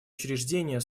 учреждения